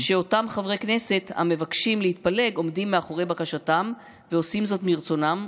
שאותם חברי כנסת המבקשים להתפלג עומדים מאחורי בקשתם ועושים זאת מרצונם,